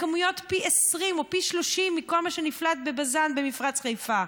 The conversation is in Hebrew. בכמויות של פי 20 או פי 30 מכל מה שנפלט בבז"ן במפרץ חיפה,